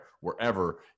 wherever